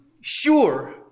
sure